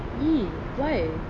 why